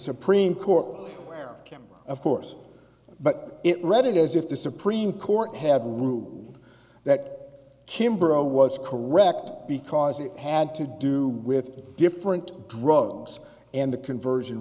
supreme court where him of course but it read it as if the supreme court had ruled that kimber was correct because it had to do with different drugs and the conversion